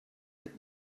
had